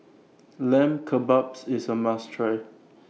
Lamb Kebabs IS A must Try